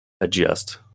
adjust